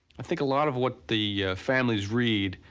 i think a lot of what the families read,